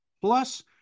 plus